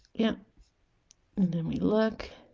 yeah and then we look